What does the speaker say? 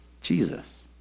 Jesus